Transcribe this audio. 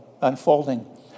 unfolding